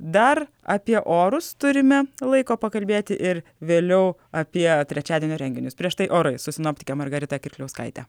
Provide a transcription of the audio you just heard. dar apie orus turime laiko pakalbėti ir vėliau apie trečiadienio renginius prieš tai orai su sinoptike margarita kirkliauskaite